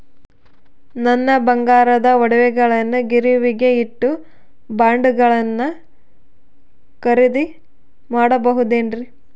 ನನ್ನ ಬಂಗಾರದ ಒಡವೆಗಳನ್ನ ಗಿರಿವಿಗೆ ಇಟ್ಟು ಬಾಂಡುಗಳನ್ನ ಖರೇದಿ ಮಾಡಬಹುದೇನ್ರಿ?